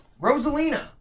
Rosalina